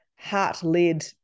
Heart-led